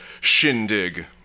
shindig